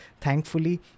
Thankfully